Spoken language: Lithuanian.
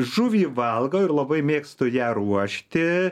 žuvį valgau ir labai mėgstu ją ruošti